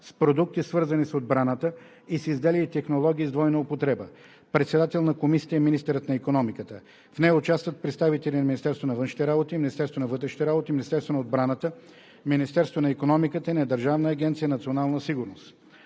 с продукти, свързани с отбраната, и с изделия и технологии с двойна употреба. Председател на Комисията е министърът на икономиката. В нея участват представители на Министерството на външните работи, Министерството на вътрешните работи, Министерството на отбраната, Министерството на икономиката и на Държавна агенция „Национална сигурност“.